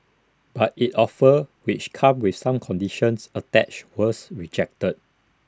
but its offer which came with some conditions attached was rejected